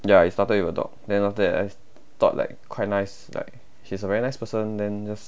ya it started with her dog then after that I thought like quite nice like she's a very nice person then just